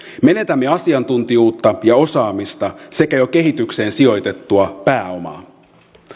menetämme asiantuntijuutta ja osaamista sekä kehitykseen jo sijoitettua pääomaa